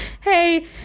hey